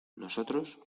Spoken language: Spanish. nosotros